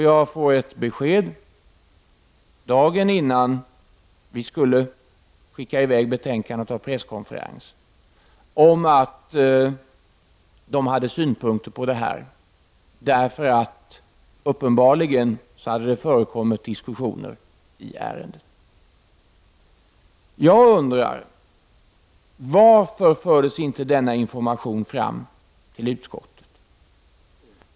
Jag får ett besked dagen innan vi skall sända i väg betänkandet och hålla presskonferens om att de har synpunkter i ärendet. Uppenbarligen hade det förekommit diskussioner om saken. Jag undrar varför denna information inte fördes fram till utskottet.